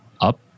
up